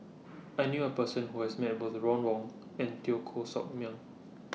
I knew A Person Who has Met Both Ron Wong and Teo Koh Sock Miang